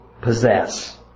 possess